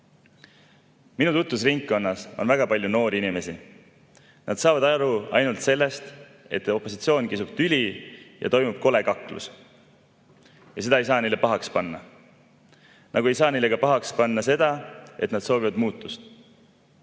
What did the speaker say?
Minu tutvusringkonnas on väga palju noori inimesi. Nad saavad aru ainult sellest, et opositsioon kisub tüli ja toimub kole kaklus. Seda ei saa neile pahaks panna. Nagu ei saa neile ka seda pahaks panna, et nad soovivad muutust.